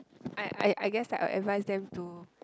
I I I guess I'll advice them to